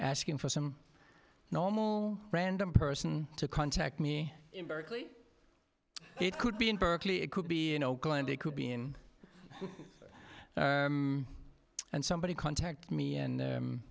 asking for some normal random person to contact me in berkeley it could be in berkeley it could be in oakland they could be in and somebody contact me and